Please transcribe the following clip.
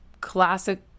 classic